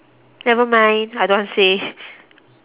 never mind I don't want to say